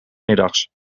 middags